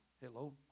Hello